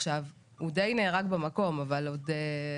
עכשיו, הוא די נהרג במקום, אבל זאת